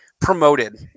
promoted